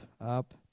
up